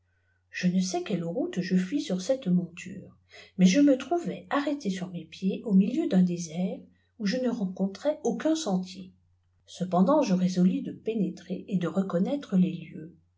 je ne sais quelle route je fis sur cette monluro mais je me trouvai arrêté sur mes pieds au milieu d'un désert où je ne rencouklrai aucun sentier cependant je résolus de pénélrer et de reconnaître les lieux